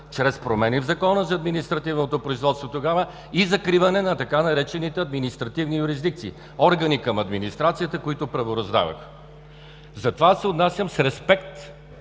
чрез промени в Закона за административното производство тогава, и закриване на така наречените „административни юрисдикции“, органи към администрацията, които правораздаваха. Затова аз се отнасям с респект